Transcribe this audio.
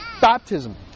baptism